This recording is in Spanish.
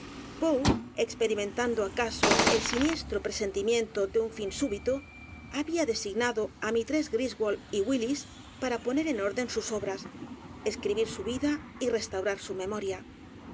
experimentando acaso el siniest r o presentimiento de u n fin súbito había designado á mrss griswold y w ü l i s para poner en orden sus obras escribir su vida y restaurar su memoria